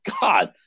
God